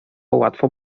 łatwo